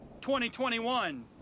2021